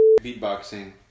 Beatboxing